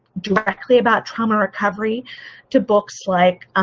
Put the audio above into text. directly about trauma recovery to books. like ah